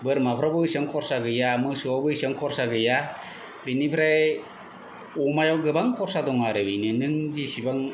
बोरमाफ्रावबो एसेबां खरसा गैया मोसौआवबो एसेबां खरसा गैया बिनिफ्राय अमायाव गोबां खरसा दं आरो बिनो नों जेसेबां